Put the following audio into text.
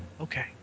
okay